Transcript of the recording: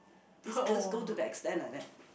this girls go to the extent like that